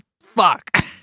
fuck